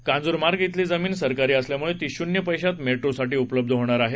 कांजूरमार्ग िश्वली जमीन सरकारी असल्यामुळे ती शुन्य पद्मित मेट्रोसाठी उपलब्ध होणार आहे